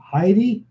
Heidi